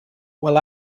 well